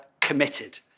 committed